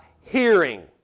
hearing